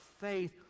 faith